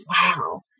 wow